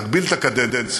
תגביל את הקדנציות.